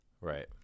Right